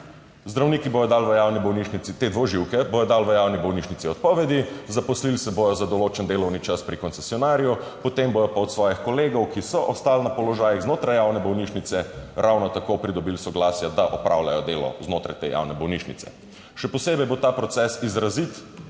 Zdravniki bodo dali v javni bolnišnici te dvoživke, bodo dali v javni bolnišnici odpovedi, zaposlili se bodo za določen delovni čas pri koncesionarju, potem bodo pa od svojih kolegov, ki so ostali na položajih znotraj javne bolnišnice, ravno tako pridobili soglasje, da opravljajo delo znotraj te javne bolnišnice. Še posebej bo ta proces izrazit